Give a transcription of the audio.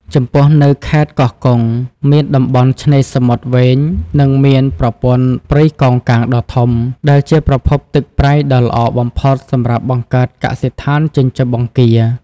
ចំពោះនៅខេត្តខេត្តកោះកុង មានតំបន់ឆ្នេរសមុទ្រវែង និងមានប្រព័ន្ធព្រៃកោងកាងដ៏ធំ ដែលជាប្រភពទឹកប្រៃដ៏ល្អបំផុតសម្រាប់បង្កើតកសិដ្ឋានចិញ្ចឹមបង្គា។